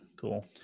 Cool